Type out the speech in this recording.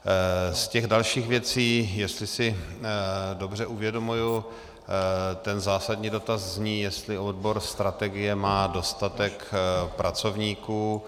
Z dalších věcí, jestli si dobře uvědomuji, ten zásadní dotaz zní, jestli odbor strategie má dostatek pracovníků.